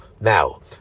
Now